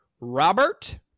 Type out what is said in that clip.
Robert